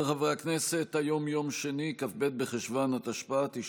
דברי הכנסת ה / מושב שני / ישיבות צ"ח ק' / כ"א כ"ג בחשוון התשפ"א / 9